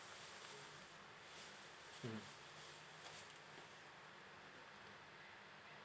mm